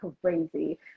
crazy